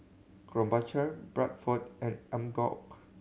Krombacher Bradford and Emborg